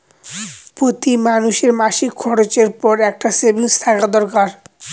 প্রতি মানুষের মাসিক খরচের পর একটা সেভিংস থাকা দরকার